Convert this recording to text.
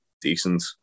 decent